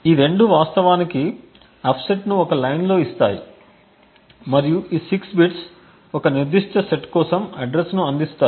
ఈ 2 వాస్తవానికి ఆఫ్సెట్ను ఒక లైన్లో ఇస్తాయి మరియు ఈ 6 బిట్స్ ఒక నిర్దిష్ట సెట్ కోసం అడ్రస్ ను అందిస్తాయి